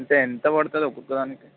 అంటే ఎంత పడుతుంది ఒక్కొక్కదానికి